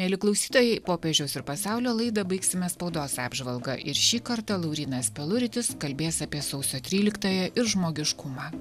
mieli klausytojai popiežiaus ir pasaulio laidą baigsime spaudos apžvalga ir šį kartą laurynas peluritis kalbės apie sausio tryliktąją ir žmogiškumą